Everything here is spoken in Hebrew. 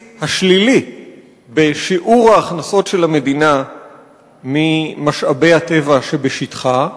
השלילי בשיעור ההכנסות של המדינה ממשאבי הטבע שבשטחה,